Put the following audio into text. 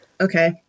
okay